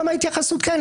וזו גם ההתייחסות כאן.